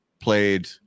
played –